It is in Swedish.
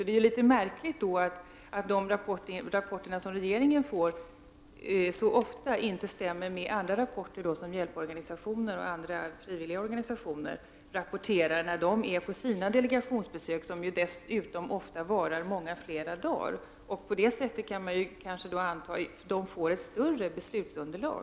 Det är märkligt att de rapporter som regeringen får ofta inte stämmer överens med de rapporter som hjälporganisattoner och andra frivilliga organisationer lämnar från deras delegationsbesök, som dessutom varar betydligt längre. Man kan därför anta att dessa organisationer får ett större beslutsunderlag.